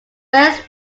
best